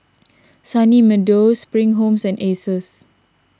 Sunny Meadow Spring Homes and Asus